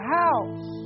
house